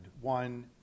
One